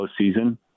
postseason